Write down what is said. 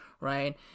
Right